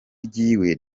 ryiwe